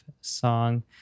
song